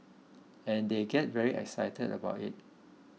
and they get very excited about it